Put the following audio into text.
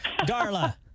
Darla